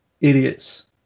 idiots